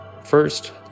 First